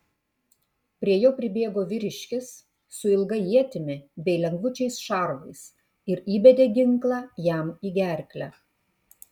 prie jo pribėgo vyriškis su ilga ietimi bei lengvučiais šarvais ir įbedė ginklą jam į gerklę